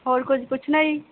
ਹੋਰ ਕੁਝ ਪੁੱਛਣਾ ਜੀ